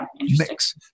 mix